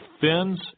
fins